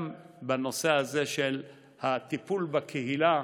גם בנושא הזה של הטיפול בקהילה,